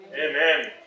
Amen